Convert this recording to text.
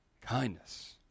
Kindness